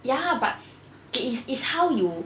ya but K it's it's how you